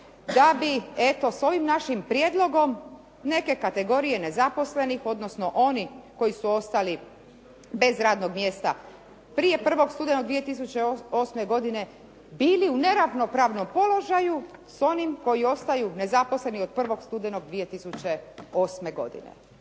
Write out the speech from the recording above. da bi eto, s ovim našim prijedlogom neke kategorije nezaposlenih, odnosno oni koji su ostali bez ranog mjesta prije 1. studenog 2008. godine bili u neravnopravnom položaju s onim koji ostaju nezaposleni od 1. studenog 2008. godine.